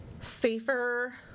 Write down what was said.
safer